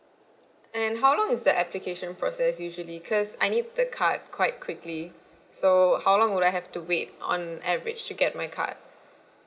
and how long is the application process usually because I need the card quite quickly so how long would I have to wait on average to get my card